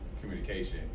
communication